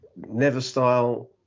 Neverstyle